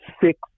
six